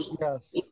yes